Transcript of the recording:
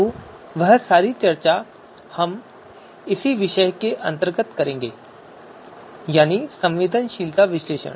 तो वह सारी चर्चा इसी विषय के अंतर्गत आती है यानी संवेदनशीलता विश्लेषण